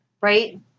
Right